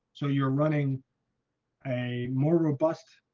so you're running a more robust